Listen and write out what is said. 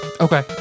Okay